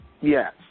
Yes